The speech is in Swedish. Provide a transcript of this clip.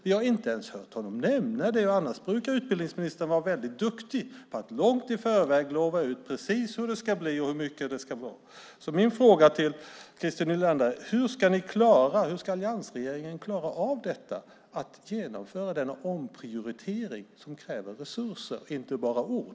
Vi har inte ens hört honom nämna detta, och annars brukar utbildningsministern vara duktig på att långt i förväg lova och tala om precis hur det ska bli och hur mycket det ska vara. Min fråga till Christer Nylander är: Hur ska alliansregeringen klara av att genomföra denna omprioritering, som kräver resurser och inte bara ord?